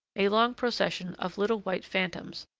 a long procession of little white phantoms,